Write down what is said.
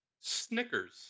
Snickers